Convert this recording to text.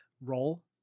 role